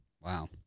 Wow